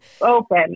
Open